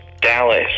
Dallas